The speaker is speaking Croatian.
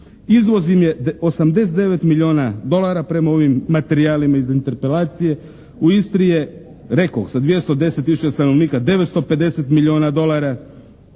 Izvoz im je 89 milijuna dolara, prema ovim materijalima iz interpelacije, u Istri je rekoh sa 210 tisuća stanovnika 950 milijuna dolara.